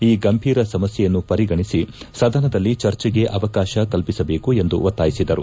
ಈ ಗಂಭೀರ ಸಮಸ್ಕೆಯನ್ನು ಪರಿಗಣಿಸಿ ಸದನದಲ್ಲಿ ಚರ್ಚೆಗೆ ಅವಕಾಶ ಕಲ್ಪಿಸಬೇಕು ಎಂದು ಒತ್ತಾಯಿಸಿದರು